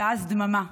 ואז דממה,